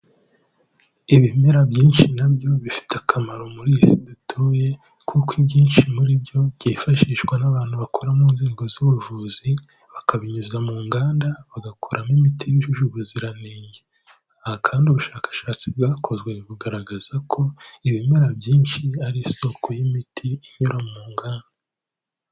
Ibimera byinshi nabyo bifite akamaro muri iyi si dutuye, kuko ibyinshi muri byo byifashishwa n'abantu bakora mu nzego z'ubuvuzi, bakabinyuza mu nganda bagakoramo imiti yujuje ubuziranenge, aha kandi ubushakashatsi bwakozwe bugaragaza ko ibimera byinshi ari isoko y'imiti inyura mu nganda.